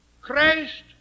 Christ